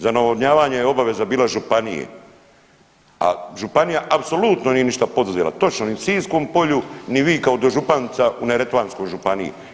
Za navodnjavanje je obaveza bila županije, a županija apsolutno nije ništa poduzela, točno ni u Sinjskom Polju, ni vi kao dožupanica u Neretvanskoj županiji.